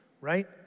right